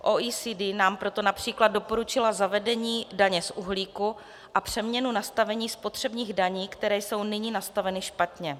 OECD nám proto například doporučila zavedení daně z uhlíku a přeměnu nastavení spotřebních daní, které jsou nyní nastaveny špatně.